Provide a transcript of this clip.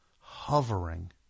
hovering